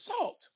assault